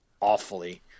awfully